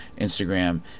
Instagram